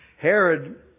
Herod